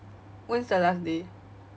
when's your last day